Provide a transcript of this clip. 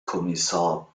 kommissar